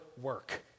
work